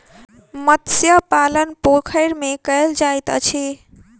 मत्स्य पालन पोखैर में कायल जाइत अछि